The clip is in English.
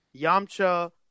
Yamcha